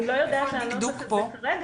אני לא יודעת לענות לך על זה כרגע.